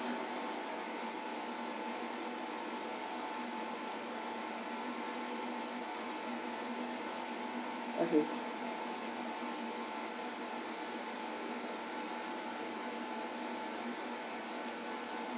okay